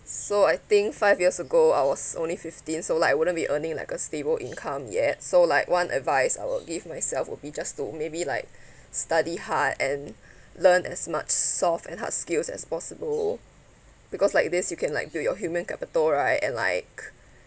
so I think five years ago I was only fifteen so like I wouldn't be earning like a stable income yet so like one advice I would give myself will be just to maybe like study hard and learn as much soft and hard skills as possible because like this you can like build your human capital right and like